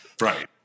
Right